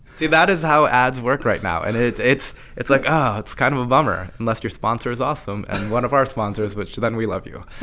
see that is how ads work right now. and it's it's like, oh, it's kind of a bummer unless your sponsor is awesome and one of our sponsors, which then we love you